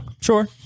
Sure